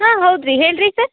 ಹಾಂ ಹೌದು ರೀ ಹೇಳಿ ರೀ ಸರ್